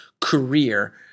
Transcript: career